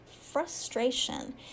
frustration